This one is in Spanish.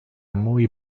muy